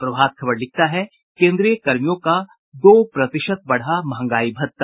प्रभात खबर लिखता है केन्द्रीय कर्मियों का दो प्रतिशत बढ़ा मंहगाई भत्ता